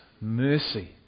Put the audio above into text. mercy